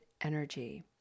energy